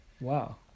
Wow